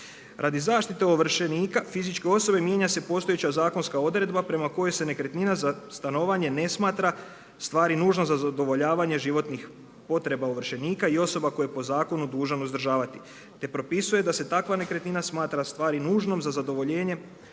Radi zaštite ovršenika fizičke osobe mijenja se postojeća zakonska odredba prema kojoj se nekretnina za stanovanje ne smatra u stvari nužna za zadovoljavanje životnih potreba ovršenika i osoba koje je po zakonu dužan uzdržavati, te propisuje da se takva nekretnina smatra u stvari nužnom za zadovoljenjem